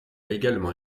également